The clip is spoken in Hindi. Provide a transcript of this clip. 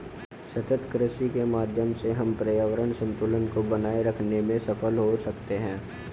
सतत कृषि के माध्यम से हम पर्यावरण संतुलन को बनाए रखते में सफल हो सकते हैं